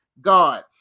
God